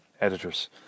editors